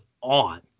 on